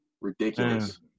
ridiculous